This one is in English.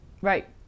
Right